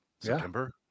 September